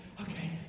okay